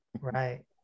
right